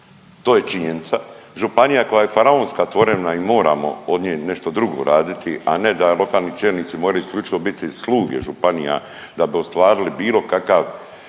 to je činjenica. Županija koja je faraonska tvorevina i moramo od nje nešto drugo uraditi, a ne da lokalni čelnici moraju isključivo biti sluge županija da bi ostvarili bilo kakav